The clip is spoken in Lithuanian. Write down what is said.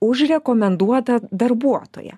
už rekomenduotą darbuotoją